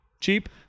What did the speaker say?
Cheap